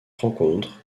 rencontre